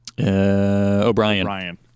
O'Brien